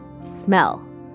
Smell